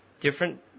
different